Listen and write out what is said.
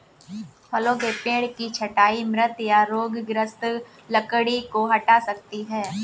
फलों के पेड़ की छंटाई मृत या रोगग्रस्त लकड़ी को हटा सकती है